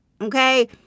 Okay